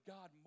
God